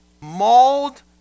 mauled